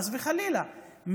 חס וחלילה,